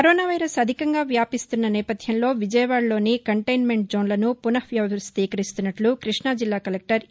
corona virus అధికంగా వ్యాపిస్తున్న నేపధ్యంలో విజయవాదలోని కన్టైన్మెంట్ జోస్లను పునవ్యవస్థీకరిస్తున్నట్లు కృష్ణాజిల్లా కలెక్టర్ ఎ